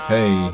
Hey